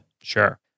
Sure